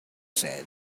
said